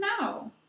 No